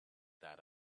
that